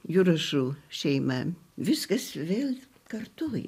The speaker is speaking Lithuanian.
jurašų šeima viskas vėl kartu